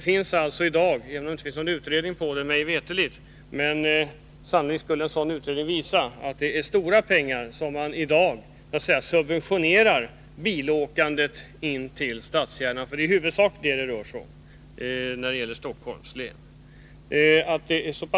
Mig veterligt finns det inte någon utredning om detta, men en sådan utredning skulle sannolikt visa att det är stora pengar som i dag används för att så att säga subventionera bilåkandet in till stadskärnan, för det är i huvudsak detta det rör sig om i Stockholms län.